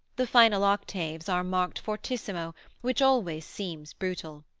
the final octaves are marked fortissimo which always seems brutal.